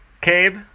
Cabe